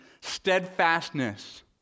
steadfastness